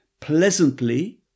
pleasantly